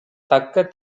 தக்க